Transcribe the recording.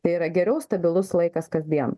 tai yra geriau stabilus laikas kasdien